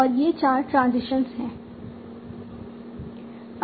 और ये चार ट्रांजिशंस हैं